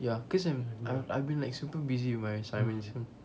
ya cause when I've been like super busy with my assignments